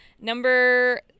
Number